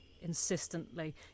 insistently